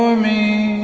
me